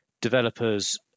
developers